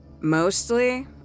Mostly